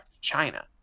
China